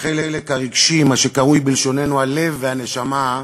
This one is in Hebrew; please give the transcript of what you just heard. שבו החלק הרגשי, מה שקרוי בלשוננו "הלב והנשמה",